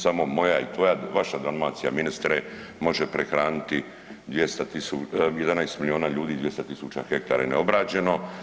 Samo moja i tvoja, vaša Dalmacija ministre može prehraniti 11 milijuna ljudi i 200 tisuća hektara je neobrađeno.